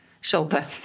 shoulder